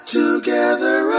together